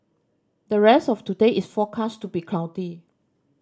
the rest of today is forecast to be cloudy